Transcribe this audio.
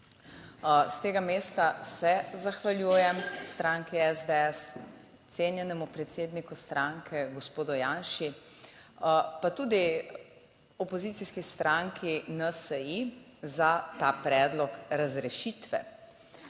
S tega mesta se zahvaljujem stranki SDS, cenjenemu predsedniku stranke, gospodu Janši, pa tudi opozicijski stranki NSi za ta predlog razrešitve